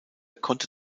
konnte